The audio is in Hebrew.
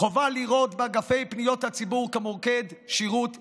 חובה לראות באגפי פניות הציבור מוקד שירות לקוחות.